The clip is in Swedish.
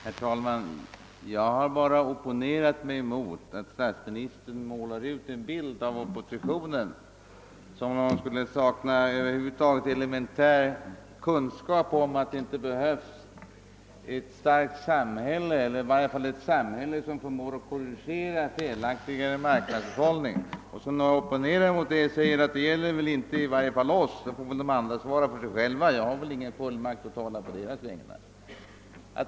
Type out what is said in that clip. Herr talman! Jag har bara opponerat mig mot att statsministern målade en bild av oppositionen som gav föreställningen att vi skulle sakna elementära kunskaper om att vårt samhälle är starkt, eller att det i varje fall förmår korrigera en felaktig marknadshushållning. Jag opponerar mig mot det; i varje fall gäller det inte oss. Sedan får andra svara för sig själva. Jag har ingen fullmakt att tala på deras vägnar.